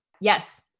yes